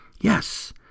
Yes